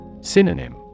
Synonym